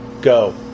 go